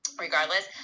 regardless